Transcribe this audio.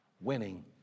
winning